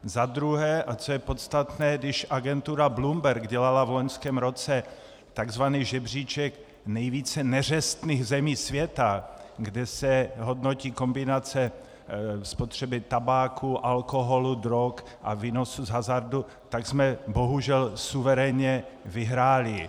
Za druhé, a co je podstatné, když agentura Bloomberg dělala v loňském roce takzvaný žebříček nejvíce neřestných zemí světa, kde se hodnotí kombinace spotřeby tabáku, alkoholu, drog a výnosu z hazardu, tak jsme bohužel suverénně vyhráli.